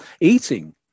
eating